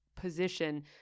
position